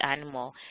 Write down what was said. animal